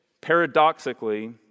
paradoxically